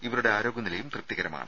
ഇവരുടെ ആരോഗ്യനിലയും തൃപ്തികരമാണ്